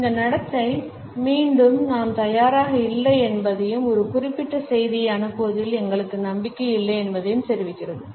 எனவே இந்த நடத்தை மீண்டும் நாம் தயாராக இல்லை என்பதையும் ஒரு குறிப்பிட்ட செய்தியை அனுப்புவதில் எங்களுக்கு நம்பிக்கை இல்லை என்பதையும் தெரிவிக்கிறது